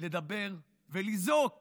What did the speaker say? לדבר ולזעוק